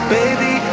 baby